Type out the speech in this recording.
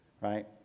right